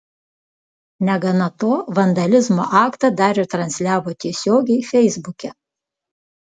negana to vandalizmo aktą dar ir transliavo tiesiogiai feisbuke